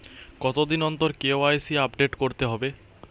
কতদিন অন্তর KYC update করতে হবে?